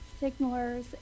signalers